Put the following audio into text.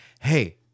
hey